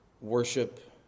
worship